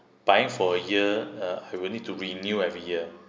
buying for a year uh we need to renew every year